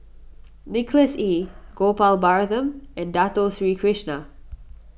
Nicholas Ee Gopal Baratham and Dato Sri Krishna